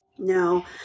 No